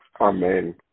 Amen